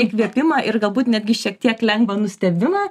įkvėpimą ir galbūt netgi šiek tiek lengvą nustebimą